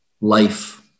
life